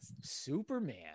Superman